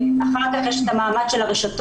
אחר כך יש את המעמד של הרשתות,